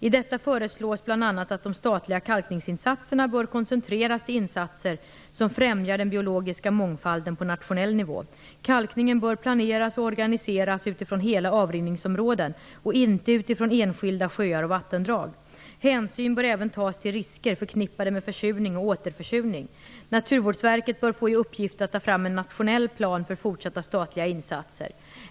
I detta föreslås bl.a. att de statliga kalkningsinsatserna bör koncentreras till insatser som främjar den biologiska mångfalden på nationell nivå. Kalkningen bör planeras och organiseras utifrån hela avrinningsområden och inte utifrån enskilda sjöar och vattendrag. Hänsyn bör även tas till risker förknippade med försurning och återförsurning. Naturvårdsverket bör få i uppgift att ta fram en nationell plan för fortsatta statliga insatser.